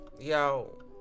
yo